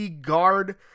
guard